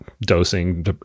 dosing